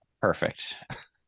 perfect